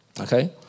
Okay